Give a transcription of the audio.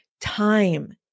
Time